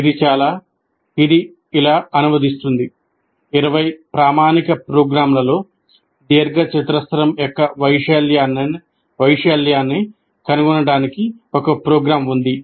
ఇది ఇలా అనువదిస్తుంది 20 ప్రామాణిక ప్రోగ్రామ్లలో దీర్ఘచతురస్రం యొక్క వైశాల్యాన్ని కనుగొనడానికి ఒక ప్రోగ్రామ్ ఉంది